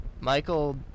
Michael